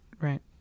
right